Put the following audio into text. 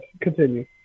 Continue